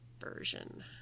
version